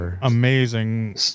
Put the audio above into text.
amazing